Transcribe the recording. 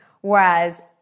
whereas